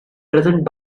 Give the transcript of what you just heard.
present